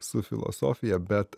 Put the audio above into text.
su filosofija bet